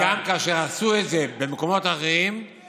שגם כאשר עשו את זה במקומות אחרים,